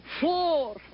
four